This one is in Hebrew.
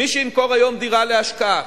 מי שימכור היום דירה להשקעה